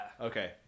Okay